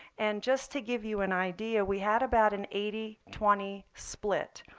and just to give you an idea, we had about an eighty twenty split.